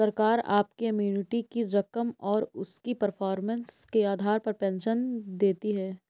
सरकार आपकी एन्युटी की रकम और उसकी परफॉर्मेंस के आधार पर पेंशन देती है